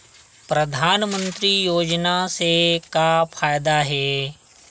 परधानमंतरी योजना से का फ़ायदा हे?